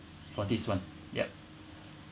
for this one yup